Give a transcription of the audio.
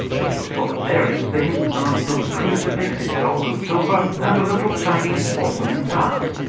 this was full of various things amongst them, a crucifix in gold and silver and a little chinese porcelain vase.